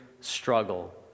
struggle